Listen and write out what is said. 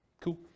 Cool